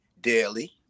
daily